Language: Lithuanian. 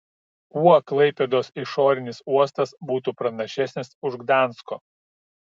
kuo klaipėdos išorinis uostas būtų pranašesnis už gdansko